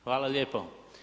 Hvala lijepo.